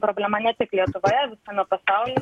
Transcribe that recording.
problema ne tik lietuvoje visame pasaulyje